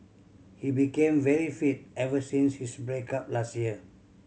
he became very fit ever since his break up last year